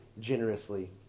generously